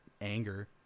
anger